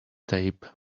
tape